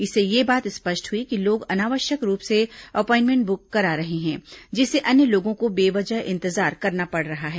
इससे यह बात स्पष्ट हुई कि लोग अनावश्यक रूप से अपॉइनमेंट बुक करा रहे हैं जिससे अन्य लोगों को बेवजह इंतजार करना पड़ रहा है